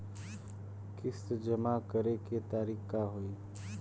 किस्त जमा करे के तारीख का होई?